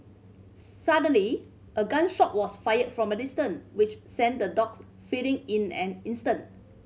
suddenly a gun shot was fired from a distance which sent the dogs fleeing in an instant